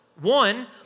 One